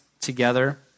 together